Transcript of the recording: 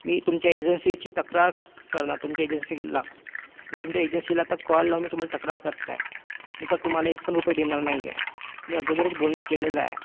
मी तुमच्या एजन्सीची तक्रार करणार तुमच्या एजन्सीला मी तुमच्या एजन्सीला आता कॉल लावून मी तुम्हाला तक्रार करत आहे मी पर तुम्हाला एक पण रुपया देणार नाही आहे मी अगोदरच बोलणं केलेलं आहे